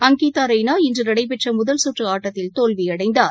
அங்கிதா ரெய்னா இன்று நடைபெற்ற முதல் சுற்று ஆட்டத்தில் தோல்வியடைந்தார்